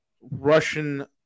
Russian